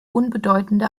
unbedeutende